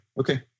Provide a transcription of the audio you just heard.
Okay